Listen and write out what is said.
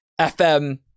FM